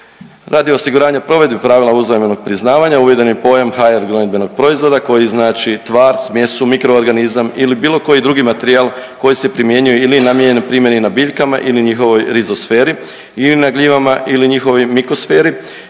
Radi osiguranja provedbi pravila uzajamnog priznavanja uveden je pojam HR gnojidbenog proizvoda koji znači tvar, smjesu, mikroorganizam ili bilo koji drugi materijal koji se primjenjuje ili je namijenjen primjeni na biljkama ili njihovoj rizosferi ili na gljivama ili njihovoj mikosferi